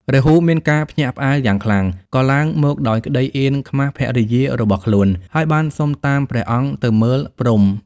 រាហូមានការភ្ញាក់ផ្អើលយ៉ាងខ្លាំង ក៏ឡើងមកដោយក្ដីអៀនខ្មាសភរិយារបស់ខ្លួន ហើយបានសុំតាមព្រះអង្គទៅមើលព្រហ្ម។